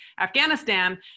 Afghanistan